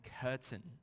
curtain